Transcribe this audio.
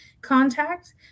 contact